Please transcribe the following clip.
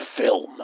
film